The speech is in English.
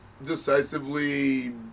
decisively